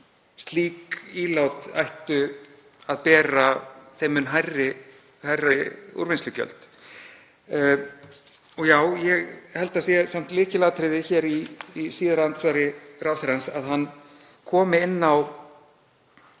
Slík ílát ættu að bera þeim mun hærri úrvinnslugjöld. Ég held að það sé samt lykilatriði í síðara andsvari ráðherrans að hann komi inn á